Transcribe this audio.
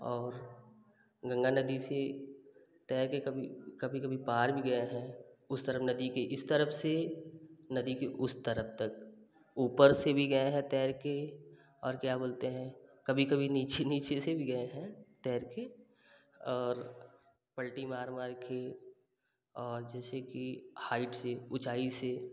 और गंगा नदी से तैर के कभी कभी कभी पार भी गए हैं उस तरफ नदी के इस तरफ से नदी के उस तरफ तक ऊपर से भी गए हैं तैर के और क्या बोलते हैं कभी कभी नीचे नीचे से भी गए हैं तैर के और पलटी मार मार के और जैसे कि हाइट से ऊँचाई से